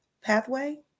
pathway